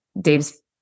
Dave's